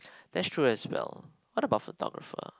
that's true as well what about photographer